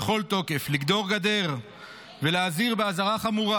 "בכל תוקף לגדור גדר ולהזהיר באזהרה חמורה"